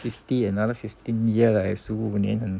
fifty another fifteen year 十五年